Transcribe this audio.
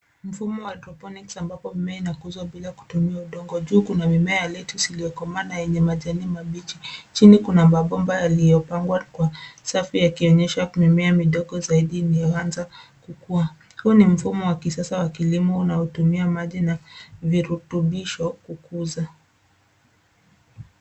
Mfumo wa hydroponics ambapo mimea inakuzwa bila kutumia udongo. Juu kuna mimea ya lettuce iliyokomaa na yenye majani mabichi. Chini kuna mabomba yaliyopangwa kwa safu yakionyesha mimea midogo zaidi iliyoanza kukua. Hii ni mfumo wa kisasa wa kilimo unaotumia maji na virutubisho kukuza.